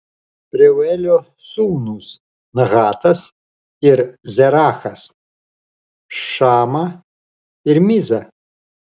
reuelio sūnūs nahatas ir zerachas šama ir miza